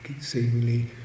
seemingly